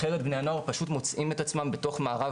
אחרת בני הנוער פשוט מוצאים את עצמם בתוך "מערב